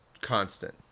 constant